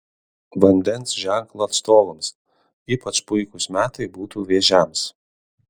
vandens ženklo atstovams ypač puikūs metai būtų vėžiams